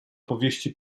powieści